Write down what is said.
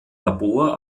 labor